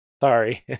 Sorry